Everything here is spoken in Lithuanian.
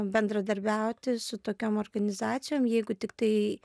bendradarbiauti su tokiom organizacijom jeigu tik tai